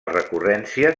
recurrència